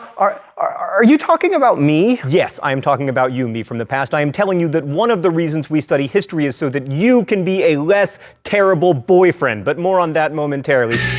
are are you talking about me? yes, i'm talking about you, me from the past. i'm telling you that one of the reasons we study history is so that you can be a less terrible boyfriend, but more on that momentarily.